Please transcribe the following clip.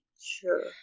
Sure